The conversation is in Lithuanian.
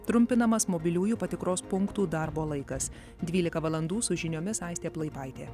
trumpinamas mobiliųjų patikros punktų darbo laikas dvylika valandų su žiniomis aistė plaipaitė